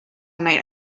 night